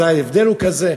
אז ההבדל הוא כזה,